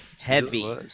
Heavy